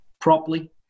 properly